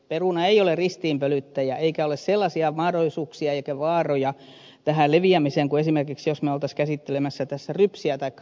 peruna ei ole ristiinpölyttäjä eikä ole sellaisia mahdollisuuksia eikä vaaroja tähän leviämiseen kuin esimerkiksi jos me olisimme käsittelemässä tässä rypsiä taikka rapsia